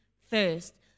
first